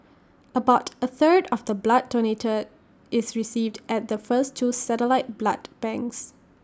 about A third of the blood donated is received at the first two satellite blood banks